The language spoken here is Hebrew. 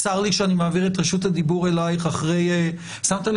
צר לי שאני מעביר את רשות הדיבור אלייך אחרי שמתם